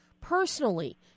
personally